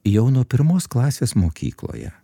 jau nuo pirmos klasės mokykloje